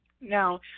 Now